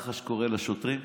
מח"ש קורא לשוטרים,